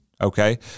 okay